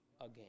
again